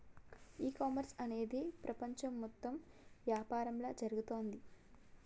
ఈ కామర్స్ అనేది ప్రపంచం మొత్తం యాపారంలా జరుగుతోంది